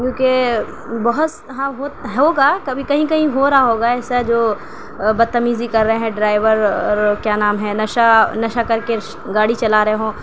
کیونکہ بہت ہاں ہوت ہوگا کبھی کہیں کہیں ہو رہا ہوگا ایسا جو بدتمیزی کر رہے ہیں ڈرائیور اور کیا نام ہے نشہ نشہ کر کے گاڑی چلا رہے ہوں